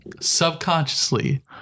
subconsciously